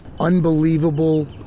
Unbelievable